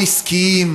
או עסקיים